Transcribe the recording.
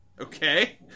Okay